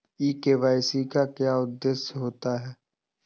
ई KYC का क्या अर्थ होता है?